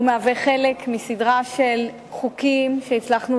הוא מהווה חלק מסדרה של חוקים שהצלחנו